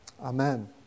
Amen